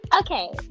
Okay